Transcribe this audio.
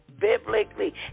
biblically